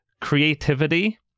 creativity